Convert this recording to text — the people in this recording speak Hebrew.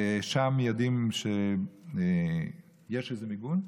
ושם יודעים שיש איזה מיגון,